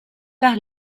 par